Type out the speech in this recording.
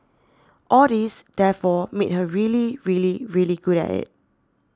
all this therefore made her really really really good at it